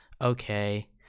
okay